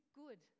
good